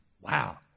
Wow